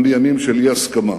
גם בימים של אי-הסכמה